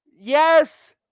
Yes